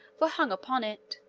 were hung upon it.